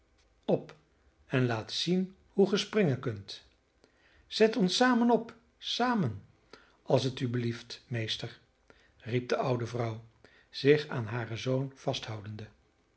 op en laat zien hoe ge springen kunt zet ons samen op samen als het u belieft meester riep de oude vrouw zich aan haren zoon vasthoudende